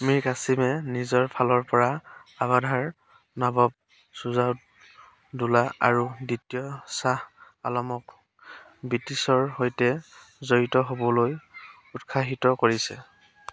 মীৰ কাছিমে নিজৰ ফালৰপৰা আৱাধাৰ নবাব চুজাউদ্দৌলা আৰু দ্বিতীয় শ্বাহ আলমক ব্ৰিটিছৰ সৈতে জড়িত হবলৈ উৎসাহিত কৰিছে